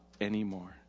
anymore